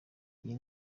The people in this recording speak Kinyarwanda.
iyi